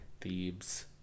Thebes